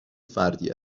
فردی